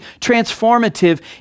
transformative